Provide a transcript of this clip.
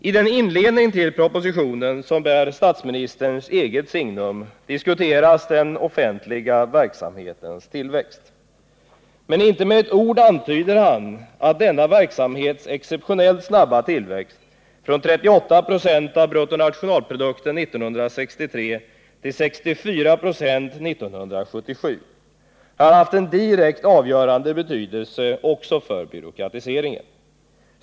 I den inledning som bär statsministern eget signum diskuteras den offentliga verksamhetens tillväxt. Men inte med ett ord antyder han att denna verksamhets exceptionellt snabba tillväxt — från 38 96 av bruttonationalprodukten år 1963 till 64 96 år 1977 — har haft en direkt avgörande betydelse också för byråkratiseringen.